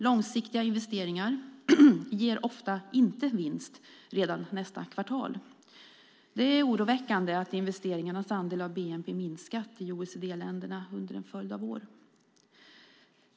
Långsiktiga investeringar ger ofta inte vinst redan nästa kvartal. Det är oroväckande att investeringarnas andel av bnp har minskat i OECD-länderna under en följd av år.